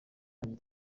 yagize